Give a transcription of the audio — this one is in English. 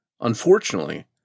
Unfortunately